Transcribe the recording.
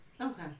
okay